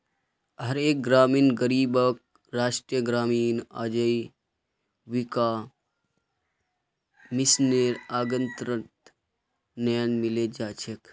हर एक ग्रामीण गरीबक राष्ट्रीय ग्रामीण आजीविका मिशनेर अन्तर्गत न्याय मिलो छेक